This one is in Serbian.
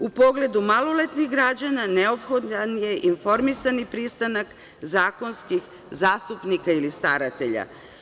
U pogledu maloletnih građana, neophodan je informisani pristanak zakonskih zastupnika ili staratelja.